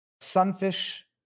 sunfish